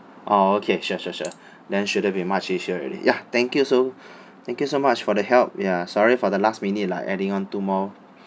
orh okay sure sure sure then shouldn't be much issue already ya thank you so thank you so much for the help ya sorry for the last minute lah adding on two more